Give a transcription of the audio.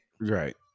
right